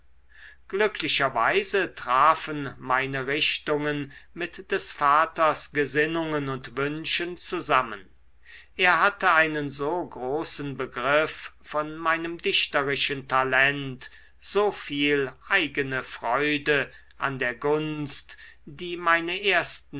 glücklicherweise trafen meine richtungen mit des vaters gesinnungen und wünschen zusammen er hatte einen so großen begriff von meinem dichterischen talent so viel eigene freude an der gunst die meine ersten